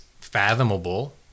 fathomable